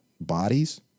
bodies